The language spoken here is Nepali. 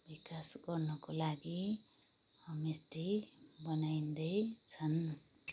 विकास गर्नुको लागि होमस्टे बनाइँदैछन्